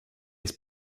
his